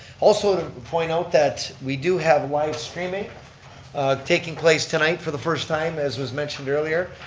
also to point out that we do have live streaming taking place tonight for the first time as was mentioned earlier,